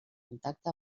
contacte